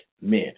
men